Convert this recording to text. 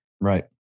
right